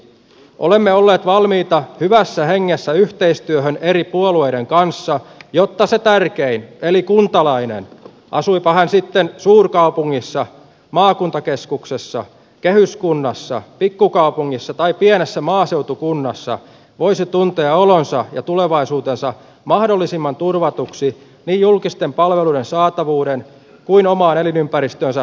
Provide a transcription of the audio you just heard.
olemme olleet valmiita hyvässä hengessä yhteistyöhön eri puolueiden kanssa jotta se tärkein eli kuntalainen asuipa hän sitten suurkaupungissa maakuntakeskuksessa kehyskunnassa pikkukaupungissa tai pienessä maaseutukunnassa voisi tuntea olonsa ja tulevaisuutensa mahdollisimman turvatuksi niin julkisten palveluiden saatavuuden kuin omaan elinympäristöönsä vaikuttamisen suhteen